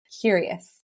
curious